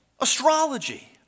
astrology